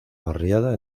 barriada